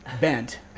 bent